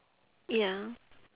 ya